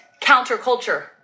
counterculture